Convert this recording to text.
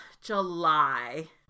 July